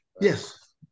Yes